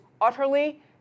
utterly